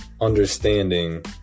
understanding